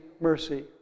mercy